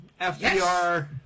FDR